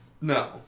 No